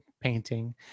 painting